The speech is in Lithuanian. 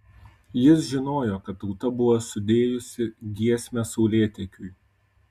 jis žinojo kad tauta buvo sudėjusi giesmę saulėtekiui